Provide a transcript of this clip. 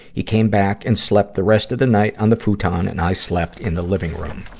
he came back and slept the rest of the night on the futon and i slept in the living room.